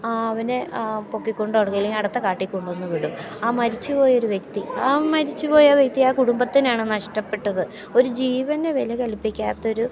ആ അവനെ പൊക്കിക്കൊണ്ടുവിട്ടില്ലെങ്കിൽ അടുത്ത കാട്ടിൽക്കൊണ്ട് വന്ന് വിടും ആ മരിച്ചു പോയൊരു വ്യക്തി ആ മരിച്ചു പോയ വ്യക്തി ആ കുടുംബത്തിനാണ് നഷ്ടപ്പെട്ടത് ഒരു ജീവനു വില കൽപ്പിക്കാത്തൊരു